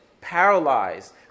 paralyzed